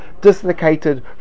dislocated